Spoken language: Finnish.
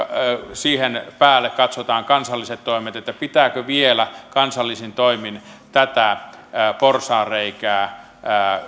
siihen päälle katsomme kansalliset toimet pitääkö vielä kansallisin toimin tätä porsaanreikää